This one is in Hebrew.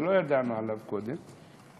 שלא ידענו עליו קודם,